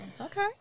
Okay